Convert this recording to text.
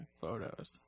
Photos